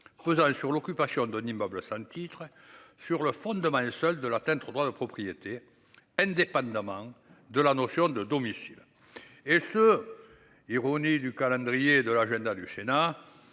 pesant sur l'occupation d'un immeuble au Sun titre sur le fond seul de la tête trop droit de propriété, indépendamment de la notion de domicile. Et ce. Ironie du calendrier de l'agenda du Sénat.